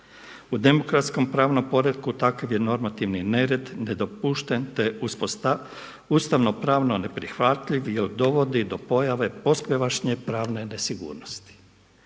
U demokratskom pravnom poretku takva je normativni nered nedopušten, te je ustavno-pravno neprihvatljiv jer dovodi do pojave posvemašnje pravne nesigurnosti.